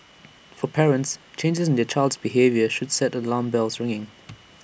for parents changes in their child's behaviour should set the alarm bells ringing